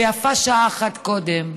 ויפה שעה אחת קודם: